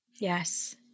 Yes